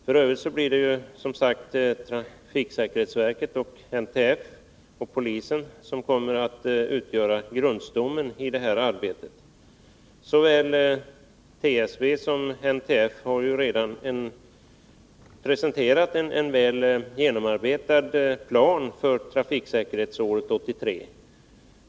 F. ö. kommer trafiksäkerhetsverket, NTF och polisen att utgöra grundstommen i arbetet. Såväl TSV som NTF har redan presenterat en väl genomarbetad plan för trafiksäkerhetsåret 1983.